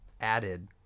added